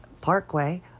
parkway